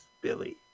Billy